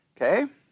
Okay